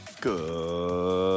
Good